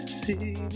see